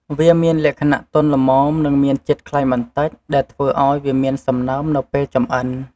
វាមានលក្ខណៈទន់ល្មម និងមានជាតិខ្លាញ់បន្តិចដែលធ្វើឱ្យវាមានសំណើមនៅពេលចម្អិន។